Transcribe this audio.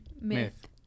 Myth